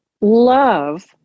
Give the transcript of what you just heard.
love